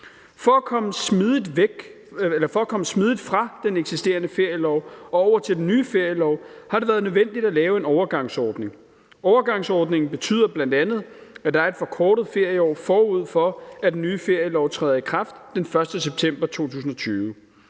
For at komme smidigt fra den eksisterende ferielov og over til den nye ferielov har det været nødvendigt at lave en overgangsordning. Overgangsordningen betyder bl.a., at der er et forkortet ferieår, forud for at den nye ferielov træder i kraft den 1. september 2020.